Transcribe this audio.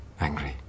angry